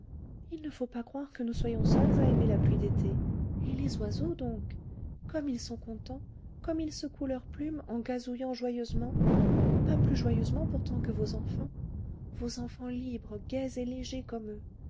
il ne faut pas croire que nous soyons seules à aimer la pluie d'été et les oiseaux donc comme ils sont contents comme ils secouent leurs plumes en gazouillant joyeusement pas plus joyeusement pourtant que vos enfants vos enfants libres gais et légers comme eux